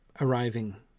arriving